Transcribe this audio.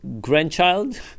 grandchild